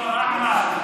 ד"ר אחמד,